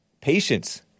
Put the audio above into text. patience